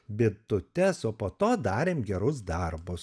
bitutes o po to darėm gerus darbus